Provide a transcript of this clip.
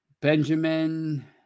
Benjamin